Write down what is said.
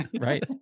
right